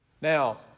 Now